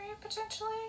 potentially